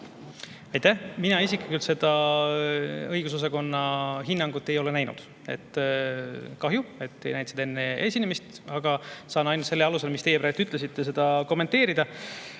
Aitäh! Mina isiklikult seda õigusosakonna hinnangut ei ole näinud. Kahju, et ei näinud seda enne esinemist, aga saan ainult selle alusel, mis teie praegu ütlesite, seda kommenteerida.